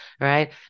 right